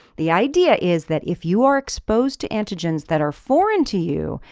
the idea is that if you are exposed to antigens that are foreign to you,